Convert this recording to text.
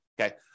Okay